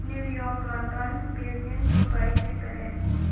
New York London Beijing Dubai Switzerland